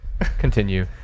Continue